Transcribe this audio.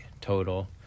total